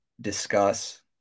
discuss